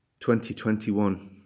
2021